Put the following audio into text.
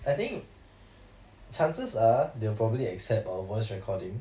I think chances are they'll probably accept our voice recording